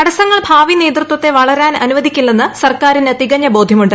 തടസ്റ്റങ്ങൾ ഭാവി നേതൃത്വത്തെ വളരാൻ അനുവദിക്കില്ലെന്ന് സർക്കാരിന് തികഞ്ഞ ബോധ്യമുണ്ട്